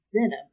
venom